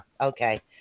Okay